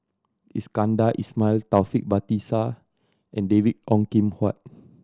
Iskandar Ismail Taufik Batisah and David Ong Kim Huat